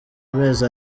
amezi